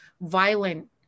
violent